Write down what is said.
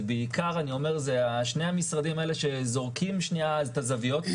זה בעיקר שני המשרדים האלה שזורקים שנייה את הזוויות.